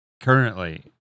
currently